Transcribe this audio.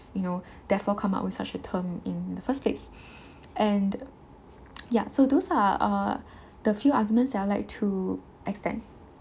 you know therefore come up with such a term in the first place and ya so those are uh the few arguments that I would like to extend